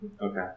Okay